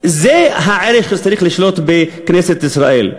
זה הערך שצריך לשלוט בכנסת ישראל,